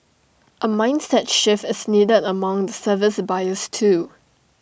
A mindset shift is needed among the service buyers too